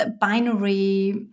binary